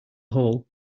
hole